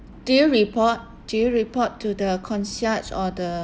do you report do you report to the concierge or the